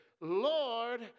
Lord